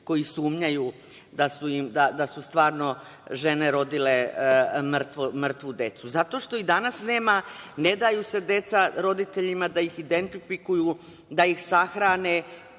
koji sumnjaju da su im stvarno žene rodile mrtvu decu. Zato što i danas se ne daju deca roditeljima da ih identifikuju, da ih sahrane.